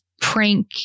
prank